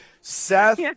Seth